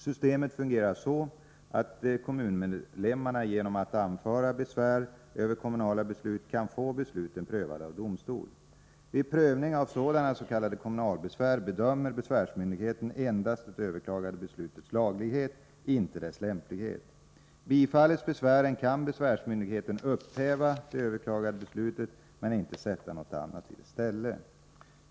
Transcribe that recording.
Systemet fungerar så, att kommunmedlemmarna genom att anföra besvär över kommunala beslut kan få besluten prövade av domstol. Vid prövning av sådana s.k. kommunalbesvär bedömer besvärsmyndigheten endast det överklagade beslutets laglighet, inte dess lämplighet. Bifalles besvären kan besvärsmyndigheten upphäva det överklagade beslutet men inte sätta något annat i dess ställe.